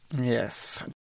Yes